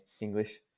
English